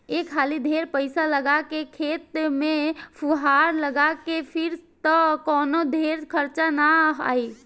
एक हाली ढेर पईसा लगा के खेत में फुहार लगा के फिर त कवनो ढेर खर्चा ना आई